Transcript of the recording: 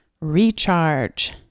Recharge